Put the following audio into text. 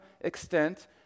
extent